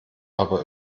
aber